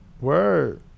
Word